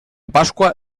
pasqua